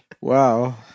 wow